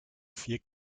vier